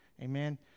Amen